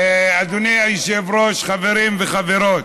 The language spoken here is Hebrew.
אדוני היושב-ראש, חברים וחברות,